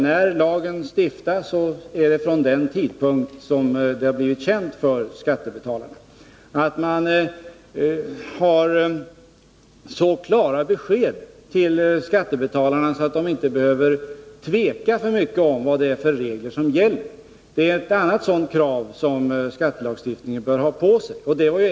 När lagen stiftas gäller den alltså från den tidpunkt då det för skattebetalarna blivit känt att den skall gälla. Ett annat krav som bör ställas på skattelagstiftningen är att den skall ge så klara besked till skattebetalarna att de inte behöver tveka så mycket om vilken regel som gäller.